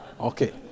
Okay